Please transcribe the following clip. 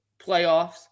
playoffs